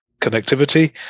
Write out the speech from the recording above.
connectivity